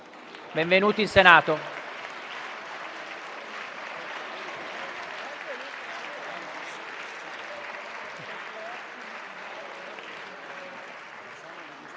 Benvenuti in Senato.